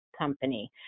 company